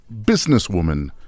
businesswoman